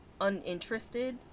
uninterested